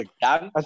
done